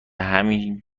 همین